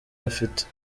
afite